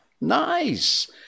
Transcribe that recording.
Nice